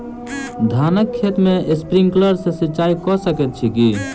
धानक खेत मे स्प्रिंकलर सँ सिंचाईं कऽ सकैत छी की?